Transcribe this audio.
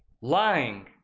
lying